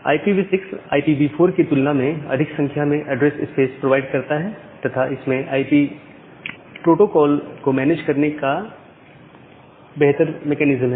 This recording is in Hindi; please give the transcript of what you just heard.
IPv6 IPv4 की तुलना में अधिक संख्या में ऐड्रेस स्पेस प्रोवाइड करता है तथा इसमें आईपी प्रोटोकोल को मैनेज करने का बेहतर मेकैनिज्म है